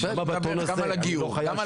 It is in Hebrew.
גם על הגיור.